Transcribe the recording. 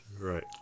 Right